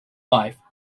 life